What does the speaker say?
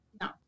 no